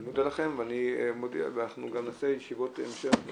אני מודה לכם ואנחנו גם נעשה ישיבות המשך,